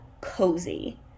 cozy